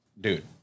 Dude